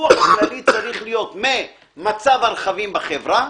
הדוח הכללי צריך להיות ממצב הרכבים בחברה,